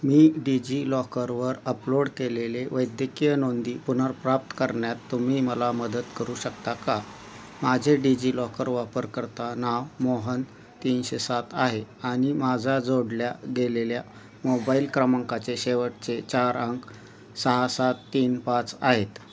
मी डिजीलॉकरवर अपलोड केलेले वैद्यकीय नोंदी पुनर्प्राप्त करण्यात तुम्ही मला मदत करू शकता का माझे डिजिलॉकर वापरकर्ता नाव मोहन तीनशे सात आहे आणि माझा जोडल्या गेलेल्या मोबाईल क्रमांकाचे शेवटचे चार अंक सहा सात तीन पाच आहेत